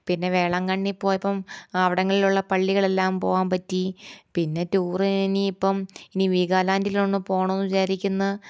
പിന്നെ വേളാങ്കണ്ണിയിൽ പോയപ്പം അവിടങ്ങളിലുള്ള പള്ളികളെല്ലാം പോവാൻ പറ്റി എനിയിപ്പം ഇനി വീഗാലാൻ്റിലൊന്നു പോകണമെന്ന് വിചാരിക്കുന്നു